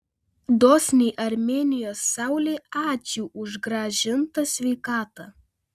dosniai armėnijos saulei ačiū už grąžintą sveikatą